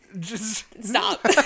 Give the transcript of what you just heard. Stop